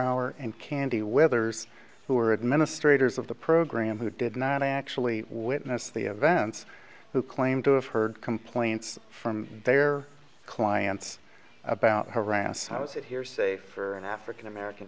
er and candy weathers who are administrators of the program who did not actually witness the events who claimed to have heard complaints from their clients about harass how is it hearsay for an african american